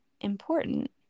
important